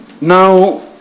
Now